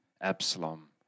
Absalom